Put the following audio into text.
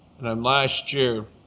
and um last year,